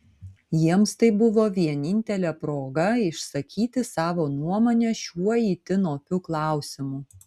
jiems tai buvo vienintelė proga išsakyti savo nuomonę šiuo itin opiu klausimu